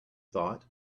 thought